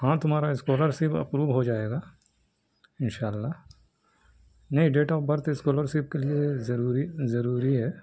ہاں تمہارا scholarship approve ہو جائے گا ان شاء اللہ نہیں ڈیٹ آف برتھ اسکالرشپ کے لیے ضروری ضروری ہے